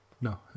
No